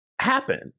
happen